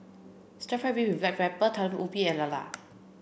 stir fried beef with black pepper Talam Ubi and Lala